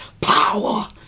power